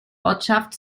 ortschaft